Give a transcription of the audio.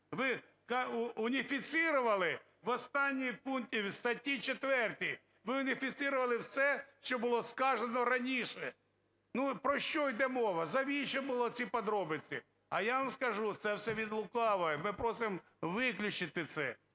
ви унифицировали в останньому пункті в статті 4, ви унифицировали все, що було сказано раніше. Ну, про що йде мова? Навіщо були ці подробиці? А я вам скажу, це все від лукавого. Ми просимо виключити це